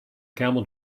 camel